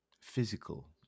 physical